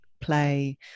play